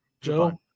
Joe